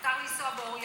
מותר לנסוע באור ירוק.